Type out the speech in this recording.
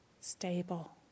stable